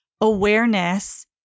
awareness